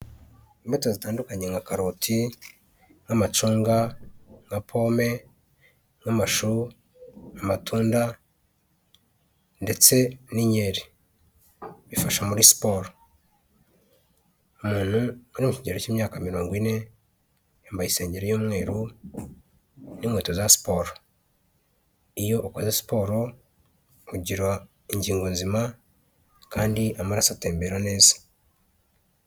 Imbuto zitandukanye nka karoti, nk'amacunga, nka pome, nk'amashu, amatunda ndetse n'incyeri bifasha muri siporo, umuntu uri mu kigero cy' imyaka mirongo ine yambaye isengeri y'umweru'inkweto za siporo, iyo ukoze siporo ugira ingingo nzima kandi amaraso atembera neza.